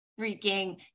freaking